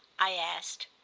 i asked.